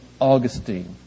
Augustine